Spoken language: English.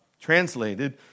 translated